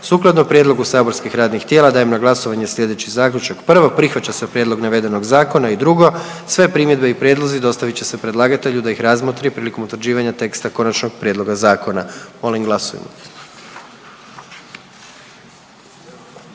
Sukladno prijedlogu saborskih radnih tijela dajem na glasovanje sljedeći zaključak: „1. Prihvaća se prijedlog navedenog zakona i pod 2. Sve primjedbe i prijedlozi dostavit će se predlagatelju da ih razmotri prilikom utvrđivanja teksta konačnog prijedloga zakona.“ Molim glasujmo.